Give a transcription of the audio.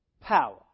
Power